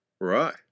Right